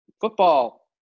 football